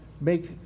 make